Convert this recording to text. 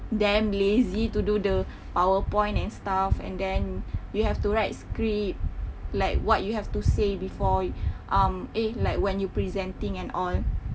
damn lazy to do the powerpoint and stuff and then you have to write scripts like what you have to say before um eh like when you presenting and all